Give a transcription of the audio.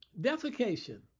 Defecation